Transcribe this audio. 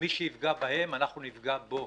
מי שיפגע בהם אנחנו נפגע בו,